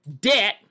debt